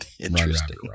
Interesting